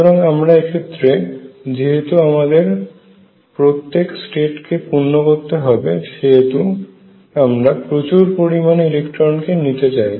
সুতরাং আমরা এক্ষেত্রে যেহেতু আমাদের প্রত্যেক স্টেট কে পূর্ণ করতে হবে সেহেতু আমরা প্রচুর পরিমাণে ইলেকট্রন কে নিতে চায়